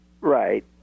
right